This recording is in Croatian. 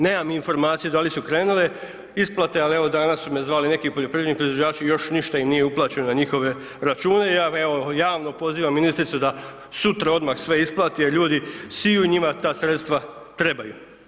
Nemam informacije da li su krenule isplate, ali evo danas su me zvali neki poljoprivredni proizvođači još ništa im nije uplaćeno na njihove račune i ja evo javno pozivam ministricu da sutra odmah sve isplati jer ljudi siju, njima ta sredstva trebaju.